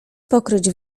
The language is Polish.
pokryć